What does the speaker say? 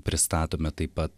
pristatome taip pat